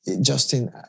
Justin